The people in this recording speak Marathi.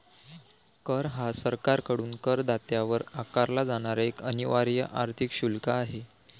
कर हा सरकारकडून करदात्यावर आकारला जाणारा एक अनिवार्य आर्थिक शुल्क आहे